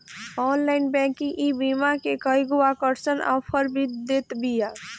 online banking ईबीमा के कईगो आकर्षक आफर भी देत बिया